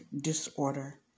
disorder